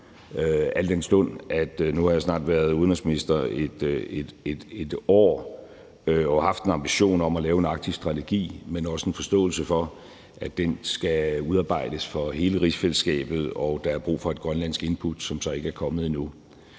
al den stund at jeg nu har været udenrigsminister i et år og haft en ambition om at lave en arktisk strategi, men også en forståelse for, at den skal udarbejdes for hele rigsfællesskabet, og at der er brug for et grønlandsk input, som så ikke er kommet endnu,